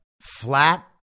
flat